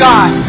God